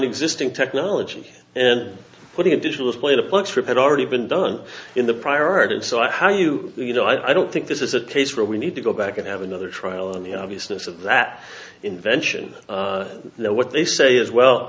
existing technology and putting a digital display the plugs for had already been done in the prior art and so i how you you know i don't think this is a case where we need to go back and have another trial on the obviousness of that invention there what they say is well